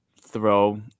throw